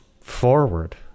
forward